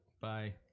Bye